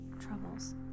troubles